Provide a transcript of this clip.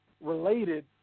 related